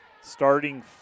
Starting